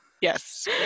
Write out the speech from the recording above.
yes